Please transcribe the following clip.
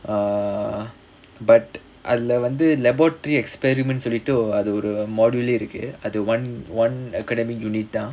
err but அதுல வந்து:athula vanthu laboratory experiments சொல்லிட்டு அது ஒரு:sollittu athu oru modulate இருக்கு அது:irukku athu one one academic unit down